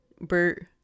bert